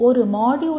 ஒரு மாடியூலின்